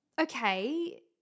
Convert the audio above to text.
okay